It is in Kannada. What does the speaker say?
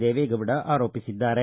ದೇವೇಗೌಡ ಆರೋಪಿಸಿದ್ದಾರೆ